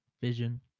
Vision